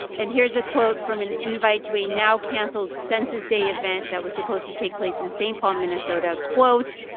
and here's a quote from an invite to a now-canceled census day event that was supposed to take place in st. paul, minn, so but quote,